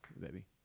Baby